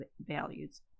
values